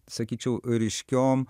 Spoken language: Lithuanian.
sakyčiau ryškiom